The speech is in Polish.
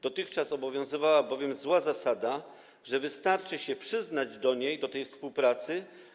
Dotychczas obowiązywała bowiem zła zasada, że wystarczy się przyznać do tej współpracy.